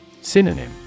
Synonym